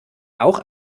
auch